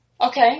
Okay